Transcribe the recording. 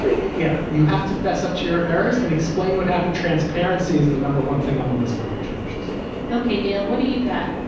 ah yeah, you have to fess up to your errors and explain what happened. transparency is the number one thing on the list for election officials okay. dale, what do you got?